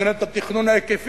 מבחינת התכנון ההיקפי,